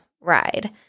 ride